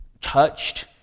touched